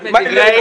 מופלאות, מופלאות.